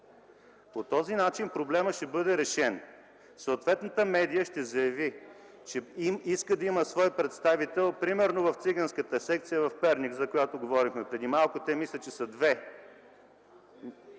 По този начин проблемът ще бъде решен. Съответната медия ще заяви, че иска да има свой представител, примерно в циганската секция в Перник, за която говорихме преди малко. Мисля, че те са две.